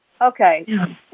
okay